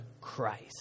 Christ